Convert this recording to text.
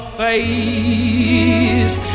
face